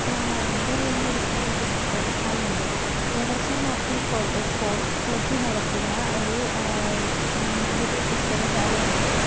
എൻ്റെ വീടിൻ്റെ അടുത്ത് ഒരു പുസ്തക ശാലയുണ്ട് Evershine Arts and Sports Club നടത്തുന്ന ഒരു പുസ്തകശാലയാണത്